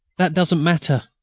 that doesn't matter.